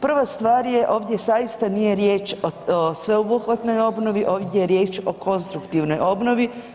Prva stvar je ovdje zaista nije riječ o sveobuhvatnoj obnovi, ovdje je riječ o konstruktivnoj obnovi.